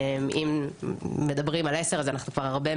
יש מגוון